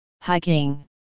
Hiking